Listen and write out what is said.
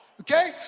okay